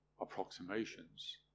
approximations